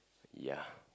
ya